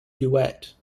duet